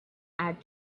add